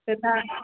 त तव्हां